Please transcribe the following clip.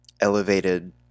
elevated